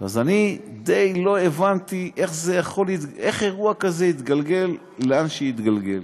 אז אני די לא הבנתי איך אירוע כזה התגלגל לאן שהתגלגל.